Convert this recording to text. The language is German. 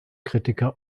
kritiker